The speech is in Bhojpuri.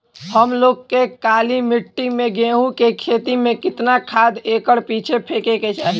हम लोग के काली मिट्टी में गेहूँ के खेती में कितना खाद एकड़ पीछे फेके के चाही?